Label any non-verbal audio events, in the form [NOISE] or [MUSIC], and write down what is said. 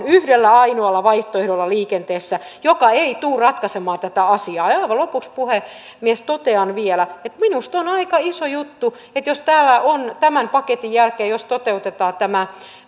[UNINTELLIGIBLE] yhdellä ainoalla vaihtoehdolla liikenteessä joka ei tule ratkaisemaan tätä asiaa aivan lopuksi puhemies totean vielä että minusta on aika iso juttu jos täällä on tämän paketin jälkeen jos toteutetaan tämä